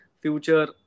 future